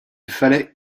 fallait